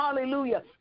hallelujah